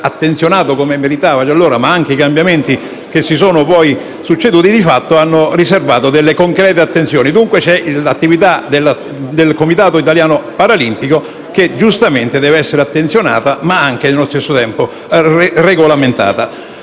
attenzionato come meritava già allora, ma anche i cambiamenti che si sono poi succeduti, di fatto, hanno riservato delle concrete attenzioni. Dunque, l'attività del Comitato italiano paralimpico giustamente dev'essere attenzionata ma, nello stesso tempo, deve